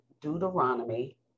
Deuteronomy